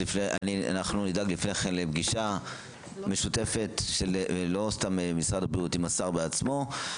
אנחנו נדאג לפני כן לפגישה משותפת ולא סתם משרד הבריאות עם השר עצמו.